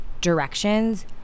directions